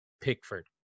Pickford